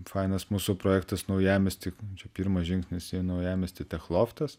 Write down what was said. fainas mūsų projektas naujamiesty čia pirmas žingsnis į naujamiestį tech loftas